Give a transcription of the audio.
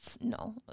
No